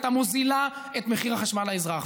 הייתה מוזילה את מחיר החשמל לאזרח,